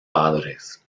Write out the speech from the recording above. padres